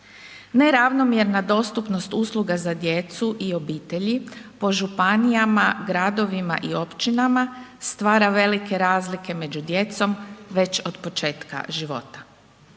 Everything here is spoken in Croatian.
Neravnomjerna dostupnost usluga za djecu i obitelji po županijama, gradovima i općinama stvara velike razlike među djecom već od početka života.